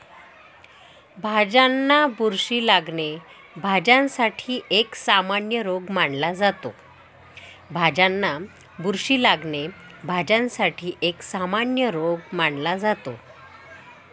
भाज्यांना बुरशी लागणे, भाज्यांसाठी एक सामान्य रोग मानला जातो